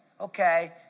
okay